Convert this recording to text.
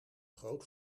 groot